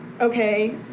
okay